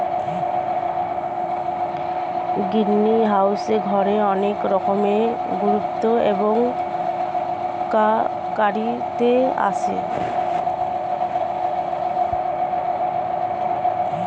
greenhouse ঘরের অনেক রকমের গুরুত্ব এবং কার্যকারিতা আছে